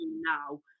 now